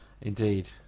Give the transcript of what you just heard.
Indeed